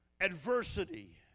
adversity